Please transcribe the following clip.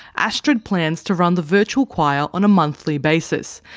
astrid's planning to run the virtual choir on a monthly basis.